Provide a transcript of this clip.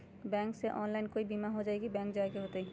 Bank से online कोई बिमा हो जाई कि बैंक जाए के होई त?